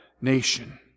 nation